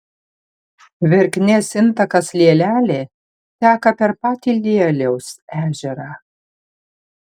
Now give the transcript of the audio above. verknės intakas lielelė teka per patį lieliaus ežerą